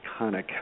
iconic